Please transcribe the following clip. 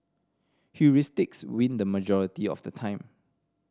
heuristics win the majority of the time